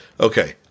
Okay